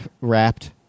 wrapped